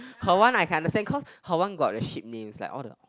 her one I can understand cause her one got the ship names like all the